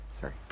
Sorry